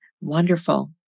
wonderful